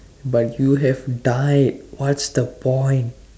but you have died what's the point